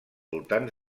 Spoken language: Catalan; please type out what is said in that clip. voltants